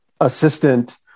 assistant